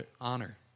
honor